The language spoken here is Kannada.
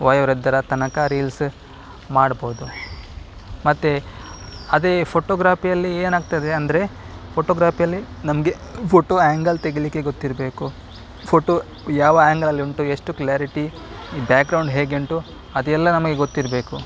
ವಯೋವೃದ್ಧರ ತನಕ ರೀಲ್ಸ ಮಾಡ್ಬೋದು ಮತ್ತು ಅದೇ ಫೋಟೋಗ್ರಾಪಿಯಲ್ಲಿ ಏನಾಗ್ತದೆ ಅಂದರೆ ಫೋಟೋಗ್ರಾಪಿಯಲ್ಲಿ ನಮಗೆ ಫೋಟೋ ಆ್ಯಂಗಲ್ ತೆಗಿಲಿಕ್ಕೆ ಗೊತ್ತಿರಬೇಕು ಫೋಟೋ ಯಾವ ಆ್ಯಂಗಲಲ್ಲಿ ಉಂಟು ಎಷ್ಟು ಕ್ಲಾರಿಟಿ ಬ್ಯಾಗ್ರೌಂಡ್ ಹೇಗೆ ಉಂಟು ಅದೆಲ್ಲ ನಮಗೆ ಗೊತ್ತಿರಬೇಕು